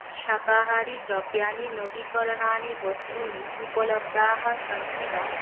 शाकाहारिद्रव्याणि नवीकरणानि वस्तूनि उपलब्धानि सन्ति वा